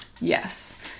Yes